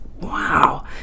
wow